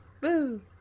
Boo